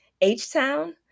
H-Town